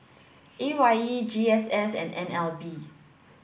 A Y E G S S and N L B